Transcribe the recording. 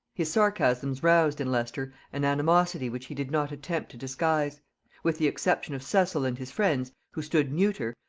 his sarcasms roused in leicester an animosity which he did not attempt to disguise with the exception of cecil and his friends, who stood neuter,